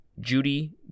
Judy